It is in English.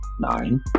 nine